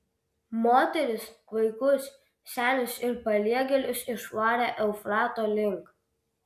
moteris vaikus senius ir paliegėlius išvarė eufrato link